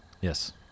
Yes